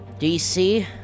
DC